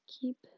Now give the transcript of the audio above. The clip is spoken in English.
Keep